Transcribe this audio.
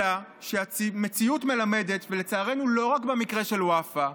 אלא שהמציאות מלמדת, ולצערנו לא רק במקרה של וופא,